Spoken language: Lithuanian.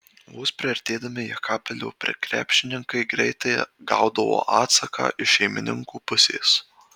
vos priartėdami jekabpilio krepšininkai greitai gaudavo atsaką iš šeimininkų pusės